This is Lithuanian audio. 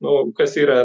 nu kas yra